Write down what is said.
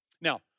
Now